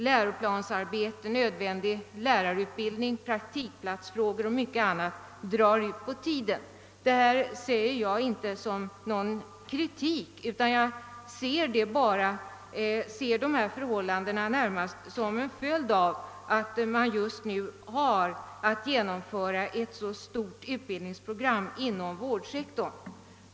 Läroplansarbete är nödvändigt, lärarutbildning, praktikplatsfrågor och mycket annat drar ut på tiden. Detta säger jag inte som någon kritik, utan jag ser dessa förhållanden närmast som en följd av att man just nu har att genomföra ett så stort utbildningsprogram inom vårdsektorn.